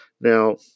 Now